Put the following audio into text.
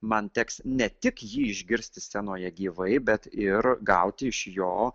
man teks ne tik jį išgirsti scenoje gyvai bet ir gauti iš jo